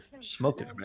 smoking